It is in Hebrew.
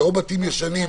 זה או בתים ישנים,